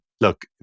look